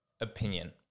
opinion